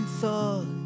thought